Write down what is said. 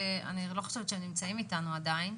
אני לא חושבת שנמצאים איתנו עדיין.